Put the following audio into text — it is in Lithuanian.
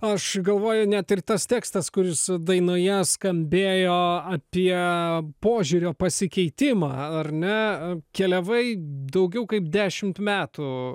aš galvoju net ir tas tekstas kuris dainoje skambėjo apie požiūrio pasikeitimą ar ne keliavai daugiau kaip dešimt metų